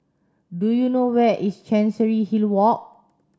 do you know where is Chancery Hill Walk